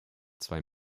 zwei